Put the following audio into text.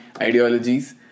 ideologies